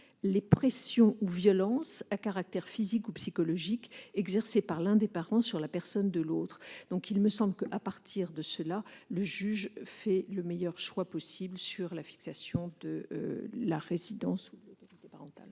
les pressions ou violences à caractère physique ou psychologique exercées par l'un des parents sur la personne de l'autre. À partir de là, il me semble que le juge fera le meilleur choix possible sur la fixation de la résidence ou l'autorité parentale.